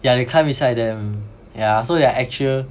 yeah they climb beside them yeah so their actual